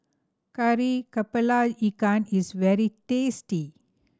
Kari Kepala Ikan is very tasty